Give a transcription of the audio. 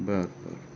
बरं बरं